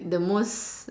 the most